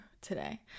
today